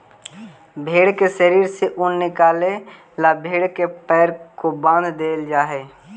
भेंड़ के शरीर से ऊन निकाले ला भेड़ के पैरों को बाँध देईल जा हई